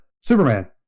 Superman